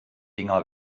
dinger